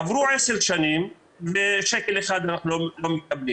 עברו עשר שנים ושקל אחד אנחנו לא מקבלים,